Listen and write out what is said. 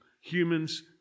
Humans